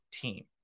team